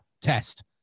test